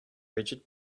rigid